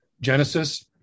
Genesis